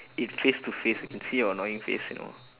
if face to face I can see your annoying face you know